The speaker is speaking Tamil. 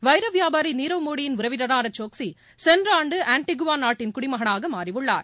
வைர வியாபாரி நீரவ் மோடியின் உறவினரான சோக்ஸி சென்ற ஆண்டு ஆன்டிகுவா நாட்டின் குடிமகனாக மாறியுள்ளார்